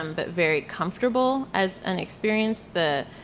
um but very comfortable as an experience, the,